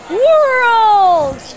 world